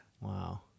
Wow